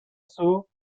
seau